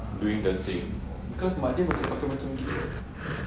doing the thing because mak dia macam macam gila